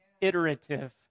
iterative